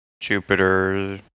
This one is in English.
Jupiter